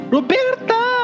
Roberta